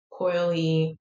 coily